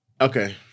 Okay